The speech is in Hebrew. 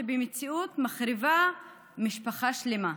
כשהמציאות מחריבה משפחה שלמה.